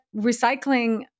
recycling